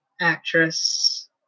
actress